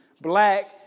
black